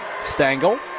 Stangle